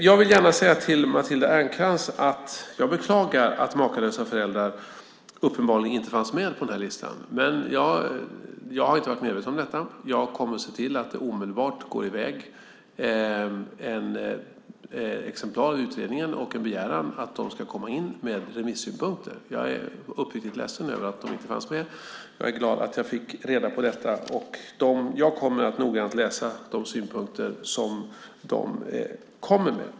Jag vill gärna säga till Matilda Ernkrans att jag beklagar att Makalösa föräldrar uppenbarligen inte fanns med på den här listan. Jag har inte varit medveten om detta. Jag kommer att se till att det omedelbart går i väg ett exemplar av utredningen och en begäran om att de ska komma in med remissynpunkter. Jag är uppriktigt ledsen över att de inte fanns med. Jag är glad över att jag fick reda på detta. Jag kommer att noggrant läsa de synpunkter som de kommer med.